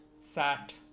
sat